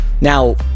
Now